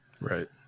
Right